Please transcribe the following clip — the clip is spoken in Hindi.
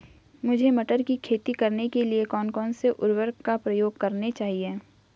मुझे मटर की खेती करने के लिए कौन कौन से उर्वरक का प्रयोग करने चाहिए?